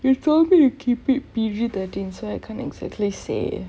you told me you keep it P_G thirteen so I can't exactly say